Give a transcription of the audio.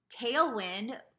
Tailwind